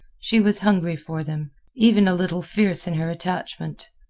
she was hungry for them even a little fierce in her attachment.